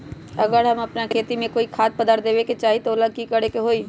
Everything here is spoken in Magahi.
अगर हम अपना खेती में कोइ खाद्य पदार्थ देबे के चाही त वो ला का करे के होई?